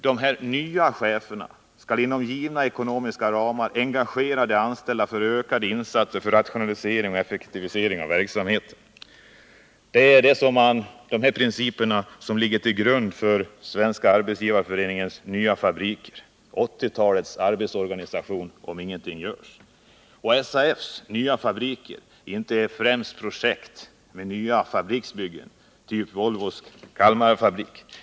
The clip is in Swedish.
De ”nya cheferna” skall inom givna ekonomiska ramar engagera de anställda till ökade insatser för rationalisering och effektivisering av verksamheten. Det är de här principerna som ligger till grund för Svenska arbetsgivareföreningens ”nya fabriker”, som kommer att bli 1980-talets arbetsorganisation om ingenting görs. SAF:s ”nya fabriker” är inte främst ett projekt för nya fabriksbyggen av typ Volvos Kalmarfabrik.